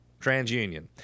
TransUnion